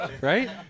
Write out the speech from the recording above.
Right